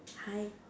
hi